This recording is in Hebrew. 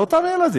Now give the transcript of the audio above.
ואלה אותם ילדים,